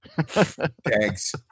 Thanks